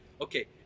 okay